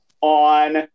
on